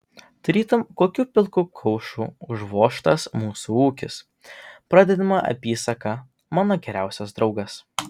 tarytum kokiu pilku kaušu užvožtas mūsų ūkis pradedama apysaka mano geriausias draugas